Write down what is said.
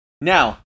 Now